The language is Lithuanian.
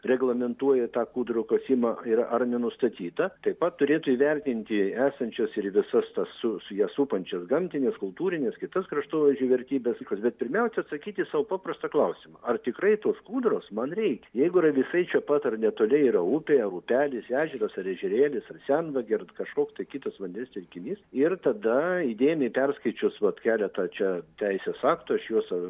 reglamentuoja tą kūdrų kasimą ir ar nenustatyta taip pat turėtų įvertinti esančias ir visas su su ja supančias gamtines kultūrines kitas kraštovaizdžio vertybes bet pirmiausia atsakyti sau paprastą klausimą ar tikrai tos kūdros man reik jeigu yra visai čia pat ar netoli yra upė ar upelis ežeras ar ežerėlis ar senvagė ar kažkoks tai kitas vandens telkinys ir tada įdėmiai perskaičius vat keletą čia teisės aktų juos